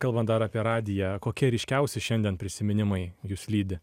kalbant dar apie radiją kokie ryškiausi šiandien prisiminimai jus lydi